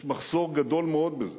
יש מחסור גדול מאוד בהם.